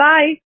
Bye